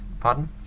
Pardon